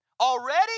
already